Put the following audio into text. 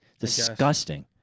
Disgusting